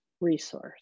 resource